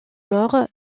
mort